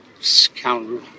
scoundrel